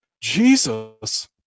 Jesus